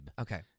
Okay